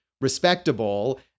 respectable